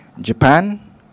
Japan